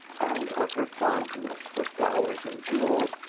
and of her fondness for flowers and jewels,